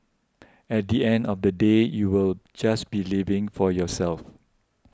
at the end of the day you'll just be living for yourself